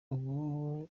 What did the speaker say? ubu